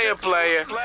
player